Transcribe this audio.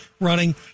running